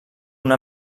una